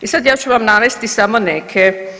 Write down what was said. I sada ja ću vam navesti samo neke.